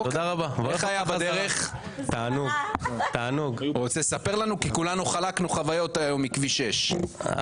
אני הייתי בדיון מהותי לגבי חיזוק המבנים בעיריית טבריה.